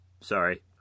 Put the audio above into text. Sorry